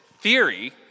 theory